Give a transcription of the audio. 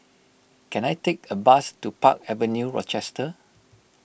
can I take a bus to Park Avenue Rochester